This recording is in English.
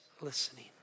listening